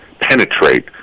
penetrate